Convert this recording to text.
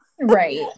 right